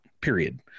period